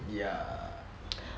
ya